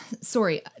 sorry